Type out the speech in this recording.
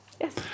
Yes